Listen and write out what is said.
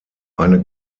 eine